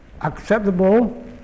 acceptable